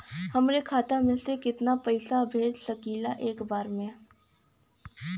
हमरे खाता में से कितना पईसा भेज सकेला एक बार में?